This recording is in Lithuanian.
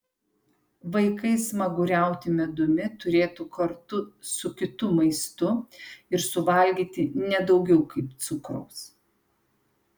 vaikai smaguriauti medumi turėtų kartu su kitu maistu ir suvalgyti ne daugiau kaip cukraus